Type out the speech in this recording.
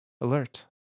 Alert